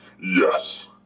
Yes